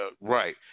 Right